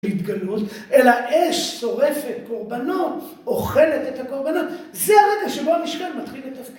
התגלות, אלא אש שורפת קורבנות, אוכלת את הקורבנות, זה הרגע שבו המשקל מתחיל לתפקד